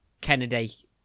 Kennedy